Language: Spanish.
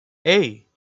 hey